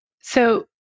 So-